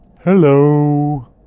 Hello